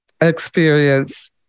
experience